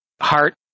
heart